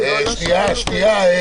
לא שאלנו, ולא נאמרו --- שנייה, שנייה.